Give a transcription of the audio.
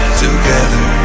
together